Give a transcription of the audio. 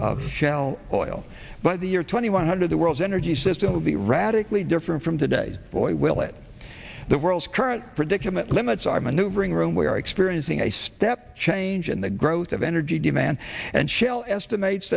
of shell oil by the year twenty one hundred the world's energy system will be radically different from today boy will it be the world's current predicament limits are maneuvering room we are experiencing a step change in the growth of energy demand and shell estimates